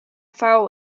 file